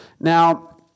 Now